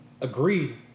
agree